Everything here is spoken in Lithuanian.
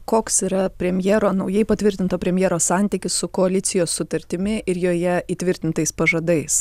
koks yra premjero naujai patvirtinto premjero santykis su koalicijos sutartimi ir joje įtvirtintais pažadais